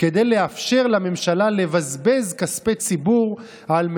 אבל נראה לכם הגיוני שהמדינה שולחת את בכירי השירות הציבורי להתחנך